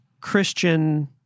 Christian